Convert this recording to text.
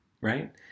right